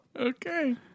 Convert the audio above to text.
Okay